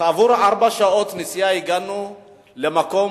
כעבור ארבע שעות נסיעה הגענו לשום-מקום,